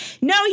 No